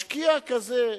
משקיע כזה,